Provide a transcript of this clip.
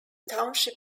township